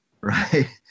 Right